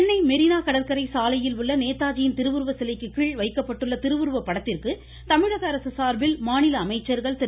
சென்னை மெரீனா கடற்கரை சாலையில் உள்ள நேதாஜியின் திருவுருவ சிலைக்கு கீழ் வைக்கப்பட்டுள்ள திருவுருவ படத்திற்கு தமிழக அரசு சார்பில் மாநில அமைச்சர்கள் திரு